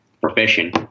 profession